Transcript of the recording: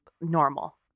normal